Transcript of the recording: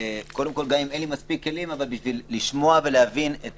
גם אם אין לי מספיק כלים, בשביל לשמוע ולהבין את